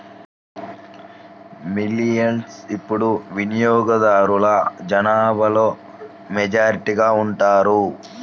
millennials ఇప్పుడు వినియోగదారుల జనాభాలో మెజారిటీగా ఉన్నారు